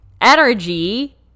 energy